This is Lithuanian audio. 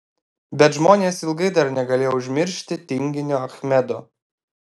bet žmonės ilgai dar negalėjo užmiršti tinginio achmedo